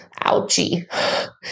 Ouchie